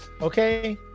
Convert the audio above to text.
Okay